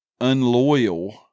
unloyal